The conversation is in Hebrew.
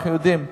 אנחנו יודעים,